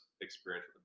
experience